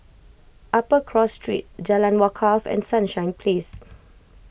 Upper Cross Street Jalan Wakaff and Sunshine Place